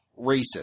racist